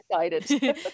excited